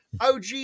OG